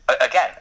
again